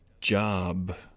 job